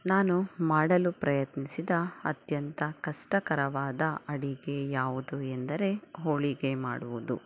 ನಾನು ಮಾಡಲು ಪ್ರಯತ್ನಿಸಿದ ಅತ್ಯಂತ ಕಷ್ಟಕರವಾದ ಅಡಿಗೆ ಯಾವುದು ಎಂದರೆ ಹೋಳಿಗೆ ಮಾಡುವುದು